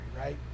right